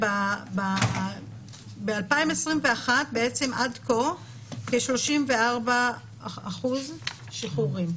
ב-2021 עד כה כ-34% שחרורים.